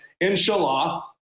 Inshallah